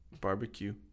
Barbecue